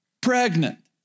pregnant